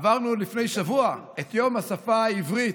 עברנו לפני שבוע את יום השפה העברית.